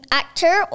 actor